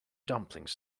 dumplings